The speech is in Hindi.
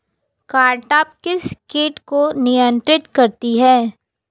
कारटाप किस किट को नियंत्रित करती है?